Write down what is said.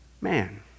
man